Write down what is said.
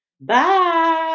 Bye